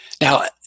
Now